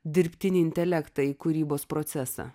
dirbtinį intelektą į kūrybos procesą